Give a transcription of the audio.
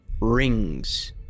rings